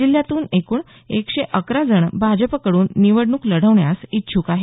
जिल्ह्यातून एकूण एकशे अकरा जण भाजपाकडून निवडणूक लढवण्यास इच्छुक आहेत